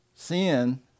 Sin